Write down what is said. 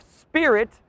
spirit